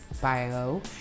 bio